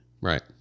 Right